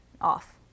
off